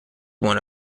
one